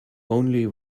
only